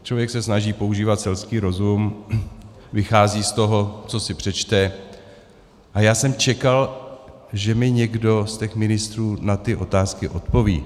Člověk se snaží používat selský rozum, vychází z toho, co si přečte, a já jsem čekal, že mi někdo z těch ministrů na ty otázky odpoví.